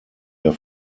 der